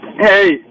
Hey